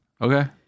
okay